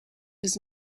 his